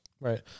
Right